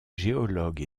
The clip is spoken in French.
géologue